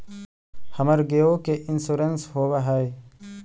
हमर गेयो के इंश्योरेंस होव है?